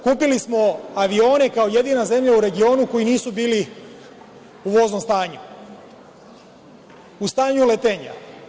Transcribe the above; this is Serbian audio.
Kupili smo avione kao jedina zemlja u regionu koji nisu bili u voznom stanju, u stanju letenja.